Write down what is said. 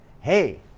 Hey